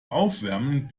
aufwärmen